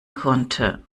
konnte